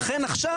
לכן עכשיו,